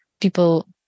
people